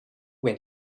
when